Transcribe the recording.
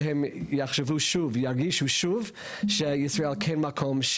כך שהם יחשבו שוב וירגישו שוב שישראל היא כן מקום;